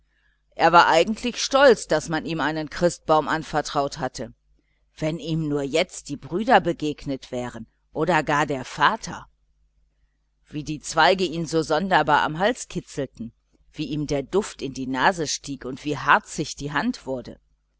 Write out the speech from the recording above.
er war eigentlich stolz daß man ihm einen christbaum anvertraut hatte wenn ihm jetzt nur die brüder begegnet wären oder gar der vater wie die zweige ihn so komisch am hals kitzelten wie ihm der duft in die nase stieg und wie harzig die hand wurde